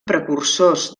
precursors